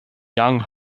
young